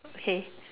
okay